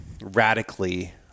radically